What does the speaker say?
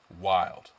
wild